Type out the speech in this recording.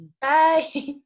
Bye